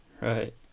Right